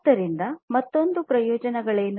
ಆದ್ದರಿಂದ ಮತ್ತೊಮ್ಮೆ ಪ್ರಯೋಜನಗಳೇನು